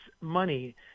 Money